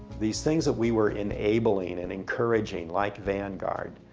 these things that we were enabling, and encouraging, like vanguard,